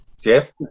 Jeff